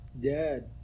dad